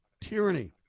tyranny